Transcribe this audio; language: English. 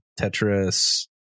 Tetris